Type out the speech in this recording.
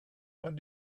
what